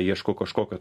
ieško kažkokio